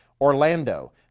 Orlando